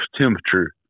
temperature